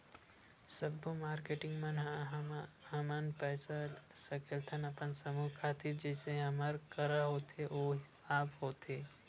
सब्बो मारकेटिंग मन ह हमन पइसा सकेलथन अपन समूह खातिर जइसे हमर करा होथे ओ हिसाब होथे